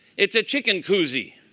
it's a chicken koozie.